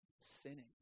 sinning